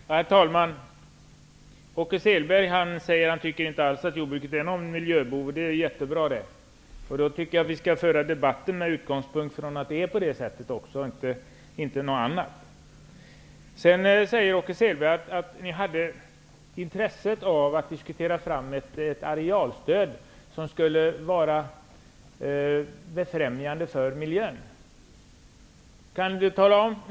Herr talman! Åke Selberg säger att han inte tycker att jordbruket är någon miljöbov, och det är mycket bra. Jag tycker att vi skall föra debatten med utgångspunkt från att det är på det sättet och inte utifrån någonting annat. Åke Selberg säger att Socialdemokraterna har intresse av att diskutera och ta fram ett arealstöd som skall vara befrämjande för miljön.